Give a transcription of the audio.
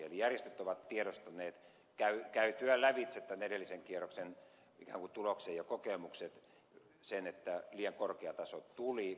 eli järjestöt ovat tiedostaneet käytyään lävitse edellisen kierroksen ikään kuin tuloksen ja kokemukset sen että liian korkea taso tuli